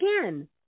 again